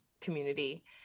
community